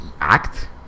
act